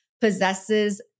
possesses